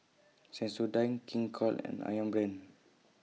Sensodyne King Koil and Ayam Brand